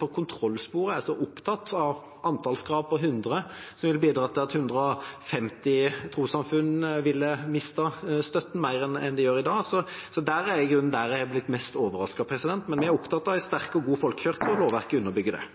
på kontrollsporet er opptatt av et antallskrav på 100, som vil bidra til at 150 trossamfunn ville mistet støtten mer enn de gjør i dag, er i grunnen det jeg er mest overrasket over. Men jeg opptatt av en sterk og god folkekirke, og lovverket underbygger det.